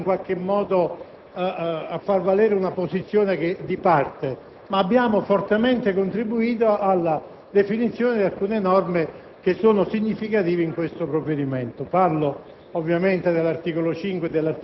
volte il buonsenso è l'unica via per cercare di fare politica in un Parlamento, in un'Aula, quale quella del Senato, con una maggioranza così risicata da parte del Governo e quindi della maggioranza dei partiti.